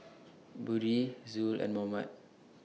Budi Zul and Muhammad